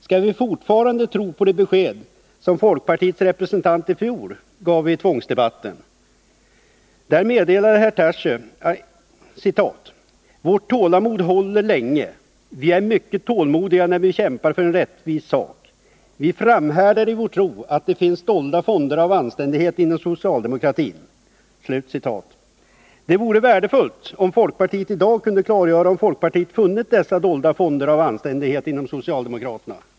Skall vi fortfarande tro på det besked som folkpartiets representant i fjol gav i tvångsdebatten? Där meddelade herr Tarschys att ”vårt tålamod håller länge. Vi är mycket tålmodiga när vi kämpar för en rättvis sak. Vi framhärdar i vår tro att det finns dolda fonder av anständighet inom socialdemokratin.” Det vore värdefullt om folkpartiet i dag kunde klargöra om man funnit dessa dolda fonder av anständighet hos socialdemokratin.